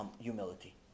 humility